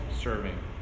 serving